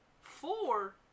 Four